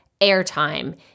airtime